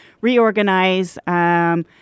reorganize